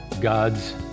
God's